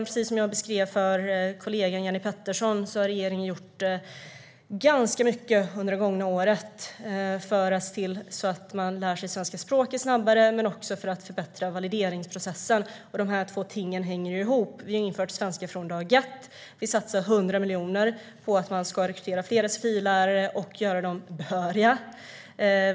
Precis som jag beskrev för kollegan Jenny Petersson har regeringen gjort ganska mycket under det gångna året för att se till att man lär sig svenska språket snabbare men också för att förbättra valideringsprocessen. Dessa två ting hänger ihop. Vi har infört svenska från dag ett, och vi satsar 100 miljoner på att man ska rekrytera fler sfi-lärare och gör dem behöriga.